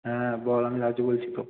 হ্যাঁ বল আমি রাজু বলছি তো